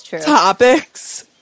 topics